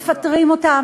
ומפטרים אותן.